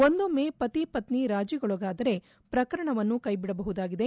ಒಂದೊಮ್ನೆ ಪತಿ ಪತ್ನಿ ರಾಜಿಗೊಳಗಾದರೆ ಪ್ರಕರಣವನ್ನು ಕೈಬಿಡಬಹುದಾಗಿದೆ